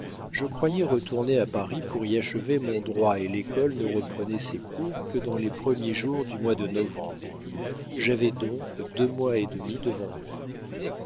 je croyais retourner à paris pour y achever mon droit et l'école ne reprenait ses cours que dans les premiers jours du mois de novembre j'avais donc deux mois et demi devant moi